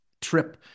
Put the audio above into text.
trip